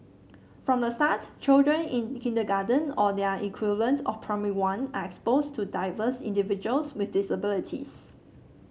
from the start children in kindergarten or their equivalent of Primary One are exposed to diverse individuals with disabilities